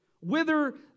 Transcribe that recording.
Whither